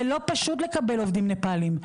זה לא פשוט לקבל עובדים נפאלים,